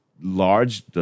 large